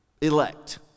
elect